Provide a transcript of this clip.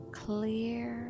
clear